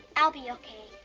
i'll be okay.